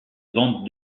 bande